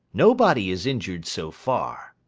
nobody is injured so far.